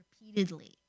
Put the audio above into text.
repeatedly